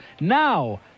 Now